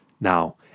Now